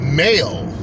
male